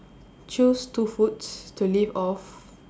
choose two foods to live off